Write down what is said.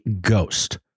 ghost